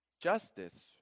justice